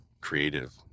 creative